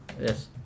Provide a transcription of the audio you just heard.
Yes